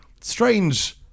strange